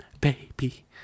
baby